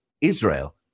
Israel